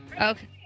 Okay